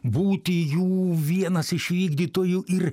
būti jų vienas iš vykdytojų ir